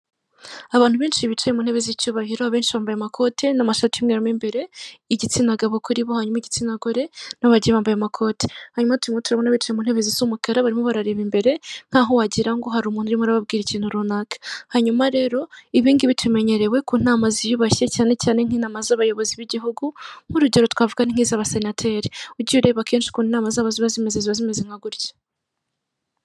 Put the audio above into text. Abantu benshi bicaye mu ntebe z'icyubahiro abenshi bambaye amakote n'amashati y'umweru mo imbere igitsina gabo kuri bo harimo igitsina gore n'abagiye bambaye amakote harimo turimo turabona bicaye mu ntebe zisa umukara barimo barareba imbere nkaho wagira ngo hari umuntu urimo urababwira ikintu runaka, hanyuma rero ibingibi tubimenyereye ku nama ziyubashye cyane cyane nk'inama z'abayobozi b'igihugu nk'urugero twavuga ni nk'izabasenateri ujye ureba kenshi ukuntu inama zabo ziba zimeze ziba zimeze nka gutya.